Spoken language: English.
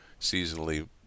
seasonally